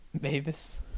Mavis